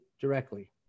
directly